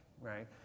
right